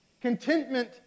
Contentment